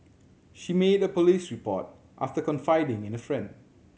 she made a police report after confiding in a friend